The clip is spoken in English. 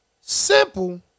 Simple